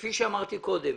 כפי שאמרתי קודם,